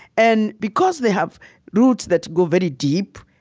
and because they have roots that go very deep,